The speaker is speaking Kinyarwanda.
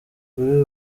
kuri